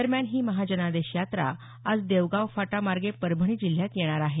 दरम्यान ही महाजनादेश यात्रा आज देवगावफाटा मार्गे परभणी जिल्ह्यात येणार आहे